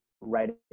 writing